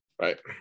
right